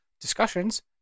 discussions